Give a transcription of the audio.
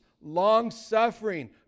long-suffering